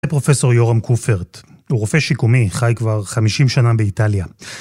זה פרופסור יורם קופרט, הוא רופא שיקומי, חי כבר 50 שנה באיטליה.